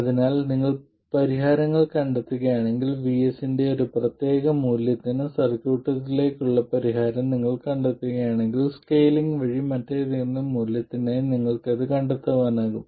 അതിനാൽ നിങ്ങൾ പരിഹാരങ്ങൾ കണ്ടെത്തുകയാണെങ്കിൽ VS ന്റെ ഒരു പ്രത്യേക മൂല്യത്തിന് സർക്യൂട്ടിലേക്കുള്ള പരിഹാരം നിങ്ങൾ കണ്ടെത്തുകയാണെങ്കിൽ സ്കെയിലിംഗ് വഴി മറ്റേതെങ്കിലും മൂല്യത്തിനായി നിങ്ങൾക്ക് അത് കണ്ടെത്താനാകും